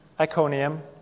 Iconium